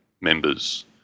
members